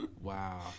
Wow